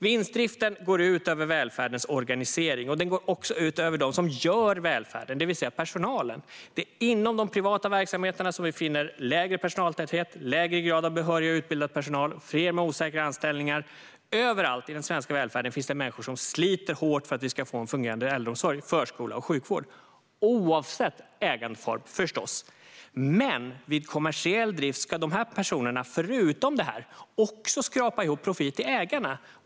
Vinstdriften går ut över välfärdens organisering, och den går också ut över dem som gör välfärden, det vill säga personalen. Det är inom de privata verksamheterna som vi finner lägre personaltäthet, lägre grad av behörig och utbildad personal och fler med osäkra anställningar. Överallt i den svenska välfärden finns det människor som sliter hårt för att vi ska få en fungerande äldreomsorg, förskola och sjukvård, oavsett ägandeform förstås. Men vid kommersiell drift ska de här personerna, förutom detta, också skrapa ihop profit till ägarna.